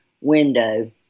window